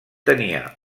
tenia